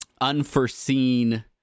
unforeseen